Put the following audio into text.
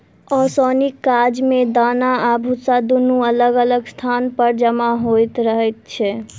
ओसौनीक काज मे दाना आ भुस्सा दुनू अलग अलग स्थान पर जमा होइत रहैत छै